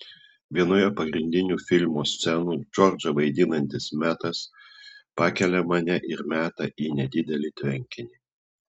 vienoje pagrindinių filmo scenų džordžą vaidinantis metas pakelia mane ir meta į nedidelį tvenkinį